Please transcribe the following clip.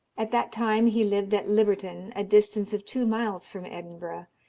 at that time he lived at libberton, a distance of two miles from edinburgh,